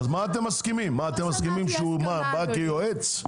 אתם מסכימים שהוא בא כיועץ?